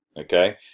okay